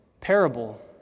parable